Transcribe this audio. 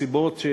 מסיבות,